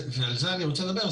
ועל זה אני רוצה לדבר,